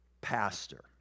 pastor